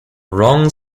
wrong